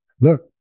look